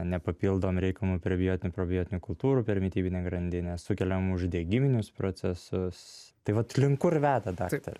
nepapildom reikiamų prebiotinių probiotinių kultūrų per mitybinę grandinę sukeliam uždegiminius procesus tai vat link kur veda daktare